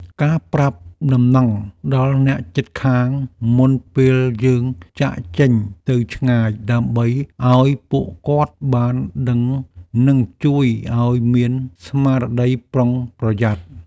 ការប្រាប់ដំណឹងដល់អ្នកជិតខាងមុនពេលយើងចាកចេញទៅឆ្ងាយដើម្បីឱ្យពួកគាត់បានដឹងនិងជួយឱ្យមានស្មារតីប្រុងប្រយ័ត្ន។